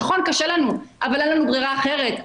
נכון, קשה לנו, אבל אין לנו ברירה אחרת.